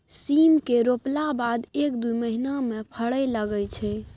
सीम केँ रोपला बाद एक दु महीना मे फरय लगय छै